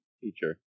teacher